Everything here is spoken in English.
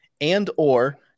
and/or